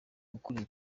ukuriye